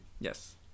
Yes